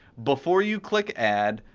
before you click add,